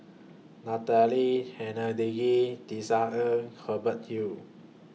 Natalie Hennedige Tisa Ng Hubert Hill